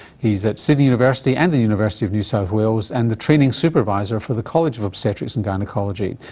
he's at sydney university, and the university of new south wales and the training supervisor for the college of obstetrics and gynaecology.